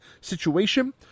situation